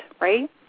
right